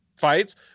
fights